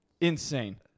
Insane